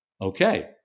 okay